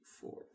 four